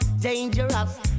dangerous